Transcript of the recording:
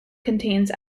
contains